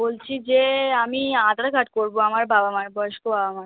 বলছি যে আমি আধার কার্ড করবো আমার বাবা মার বয়স্ক বাবা মার